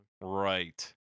Right